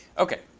ok.